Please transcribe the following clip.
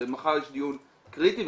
ומחר יש דיון קריטי,